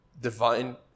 divine